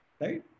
right